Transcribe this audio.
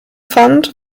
fand